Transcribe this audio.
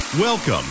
Welcome